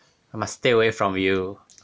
I must stay away from you